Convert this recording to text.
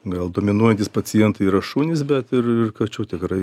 gal dominuojantys pacientai yra šunys bet ir kačių tikrai